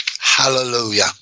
Hallelujah